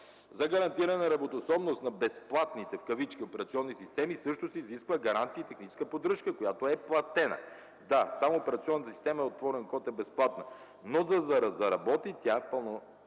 За гарантиране работоспособност на „безплатните” операционни системи също се изисква гаранция и техническа поддръжка, която е платена. Да, само операционната система „Отворен код” е безплатна, но за да заработи тя пълноценно,